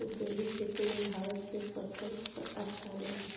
जैविक खेती में भारत के प्रथम स्थान बा